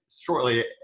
shortly